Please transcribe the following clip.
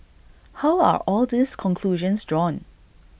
how are all these conclusions drawn